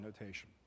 notation